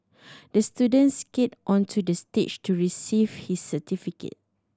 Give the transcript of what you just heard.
the student skat onto the stage to receive his certificate